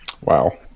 Wow